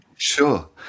Sure